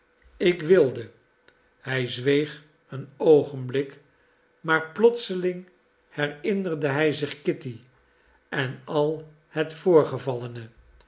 ik wilde hij zweeg een oogenblik maar plotseling herinnerde hij zich kitty en al het voorgevallene